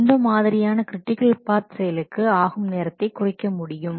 இம்மாதிரியாக critical path செயலுக்கு ஆகும் நேரத்தை குறைக்கமுடியும்